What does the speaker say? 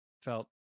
felt